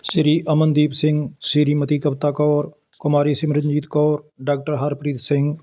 Shri Amandeep Singh Shrimati Kavita Kaur Kumari Simranjeet Kaur doctor Harpreet Singh